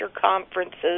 conferences